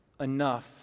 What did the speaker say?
enough